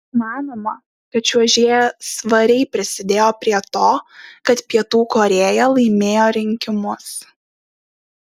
manoma kad čiuožėja svariai prisidėjo prie to kad pietų korėja laimėjo rinkimus